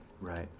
Right